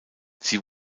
sie